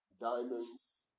diamonds